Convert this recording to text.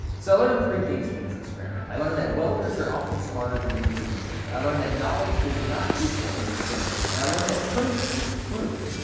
so learned three things from this experiment. i learned that welders are often smarter than engineers, i learned that knowledge does not equal understanding, and i learned that truth is truth.